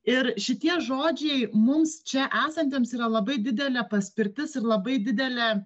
ir šitie žodžiai mums čia esantiems yra labai didelė paspirtis ir labai didele